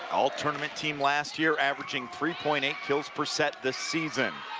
all-tournament team last year, averaging three point eight kills per set this season